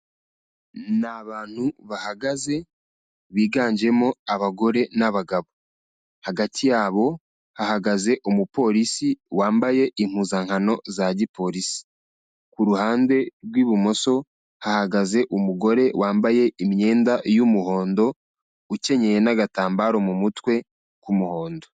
Ni abantu bahagaze, biganjemo abagore n'abagabo. Hagati yabo hahagaze Umupolisi wambaye impuzankano za Gipolisi. Ku ruhande rw'ibumoso hahagaze umugore wambaye imyenda y'umuhondo, ukenyeye n'agatambaro mu mutwe k'umuhondo.